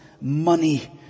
money